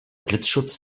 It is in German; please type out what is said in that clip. blitzschutz